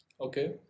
okay